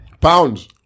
pounds